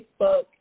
Facebook